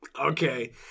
okay